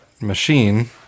machine